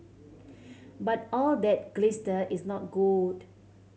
but all that glister is not gold